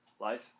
life